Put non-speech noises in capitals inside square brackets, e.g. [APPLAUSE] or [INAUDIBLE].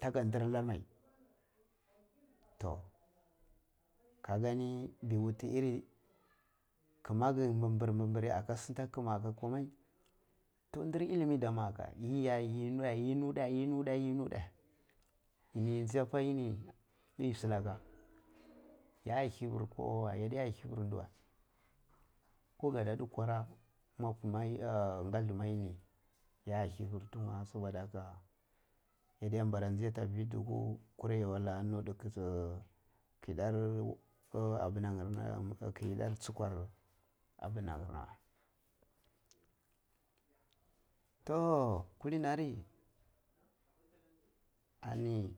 taga ndira nar mai toh ka gani bewutu iri kimage nbibir-bir aka sinta kuma aka komai toh dir illimi dam aka yiye yi nata yi nuta, yi nuta, yi nuta, yi ji akwa iri fi silaka ya hifir kowa wei ya hifir di wei ko ga da tah kwara mwabu na yini ya hifir ti ya wei soboda haka yadda nbarra ji attah fi dukuru uzi kurra yo likka nutta wei ke tar abinan ke tar chikwar ainanar wei toh kulini aar ani. [UNINTELLIGIBLE]